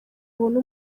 abona